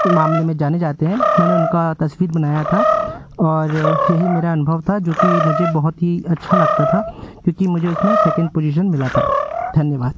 मामले में जाने जाते हैं मैंने उनकी तस्वीर बनाई थी और यही मेरा अनुभव था जो कि मुझे बहुत ही अच्छा लगता था क्योंकि मुझे उस में सेकेंड पोजीशन मिला था धन्यवाद